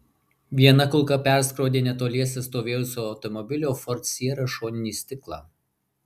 viena kulka perskrodė netoliese stovėjusio automobilio ford sierra šoninį stiklą